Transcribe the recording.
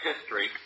history